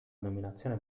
dominazione